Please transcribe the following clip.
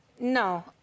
No